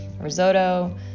risotto